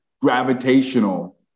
gravitational